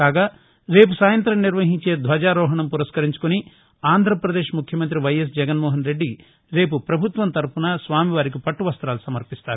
కాగా రేపు సాయంత్రం నిర్వహించే ధ్వజారోహణం పురస్కరించుకుని ఆంధ్ర ప్రదేశ్ ముఖ్యమంత్రి వైఎస్ జగన్మోహన రెడ్డి రేపు పభుత్వం తరఫున స్వామి వారికి పట్టవస్తాలు సమర్పిస్తారు